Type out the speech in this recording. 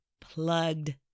plugged